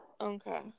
Okay